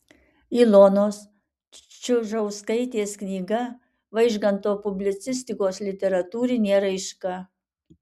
ilonos čiužauskaitės knyga vaižganto publicistikos literatūrinė raiška